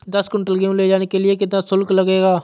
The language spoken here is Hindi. दस कुंटल गेहूँ ले जाने के लिए कितना शुल्क लगेगा?